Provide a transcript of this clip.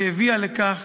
שהביאה לכך